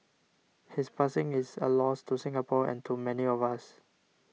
his passing is a loss to Singapore and to many of us